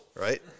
right